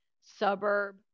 suburb